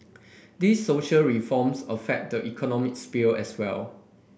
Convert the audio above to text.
these social reforms affect the economic sphere as well